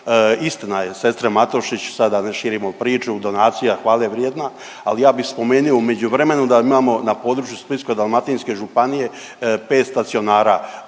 istina je sestre Matošić, sad da ne širimo priču donacija hvalevrijedna, ali ja bi spomenio u međuvremenu da imamo na području Splitsko-dalmatinske županije pet stacionara